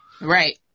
Right